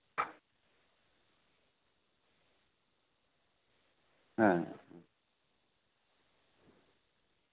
ᱦᱮᱸ ᱦᱮᱸ